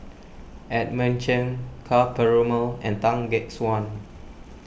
Edmund Cheng Ka Perumal and Tan Gek Suan